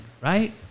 right